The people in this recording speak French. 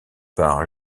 par